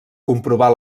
comprovar